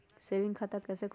Saving खाता कैसे खुलतई?